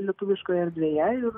lietuviškoje erdvėje ir